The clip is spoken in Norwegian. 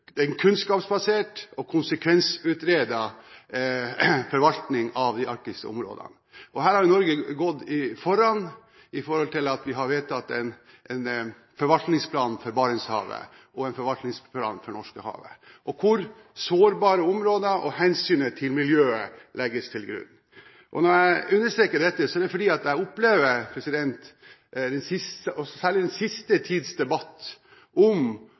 en kunnskapsbasert, konsekvensutredet forvaltning av de arktiske områdene. Her har Norge gått foran ved at vi har vedtatt en forvaltningsplan for Barentshavet og en forvaltningsplan for Norskehavet, der sårbare områder og hensynet til miljøet legges til grunn. Når jeg understreker dette, er det fordi jeg opplever særlig den siste tids debatt om